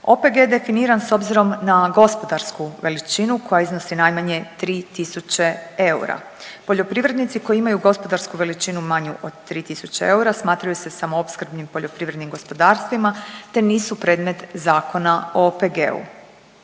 OPG definiran, s obzirom na gospodarsku veličinu koja iznosi najmanje 3.000 eura. Poljoprivrednici koji imaju gospodarsku veličinu manju od 3.000 eura smatraju se samoopskrbnim poljoprivrednim gospodarstvima te nisu predmet Zakona o OPG-u.